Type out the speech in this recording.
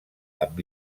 amb